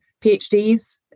PhDs